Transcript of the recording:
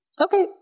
Okay